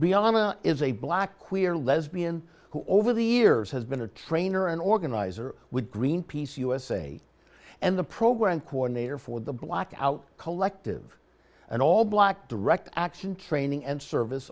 bianna is a black queer lesbian who over the years has been a trainer an organizer with greenpeace usa and the program coordinator for the blackout collective an all black direct action training and service